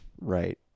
Right